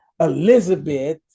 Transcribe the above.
Elizabeth